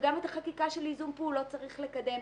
גם את החקיקה של ייזום פעולות צריך לקדם.